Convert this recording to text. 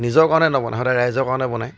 নিজৰ কাৰণে নবনাই সদায় ৰাইজৰ কাৰণে বনায়